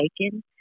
taken